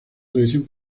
tradición